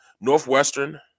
Northwestern